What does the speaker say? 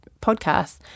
podcast